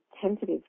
tentative